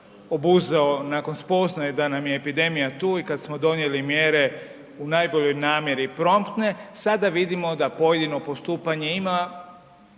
obuzeo nakon spoznaje da nam je epidemija tu i kada smo donijeli mjere u najboljoj namjeri promptne, sada vidimo da pojedino postupanje ima